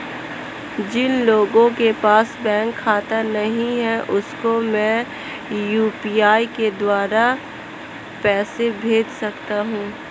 जिन लोगों के पास बैंक खाता नहीं है उसको मैं यू.पी.आई के द्वारा पैसे भेज सकता हूं?